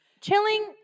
Chilling